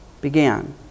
began